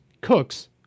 cooks